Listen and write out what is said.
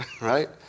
right